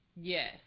Yes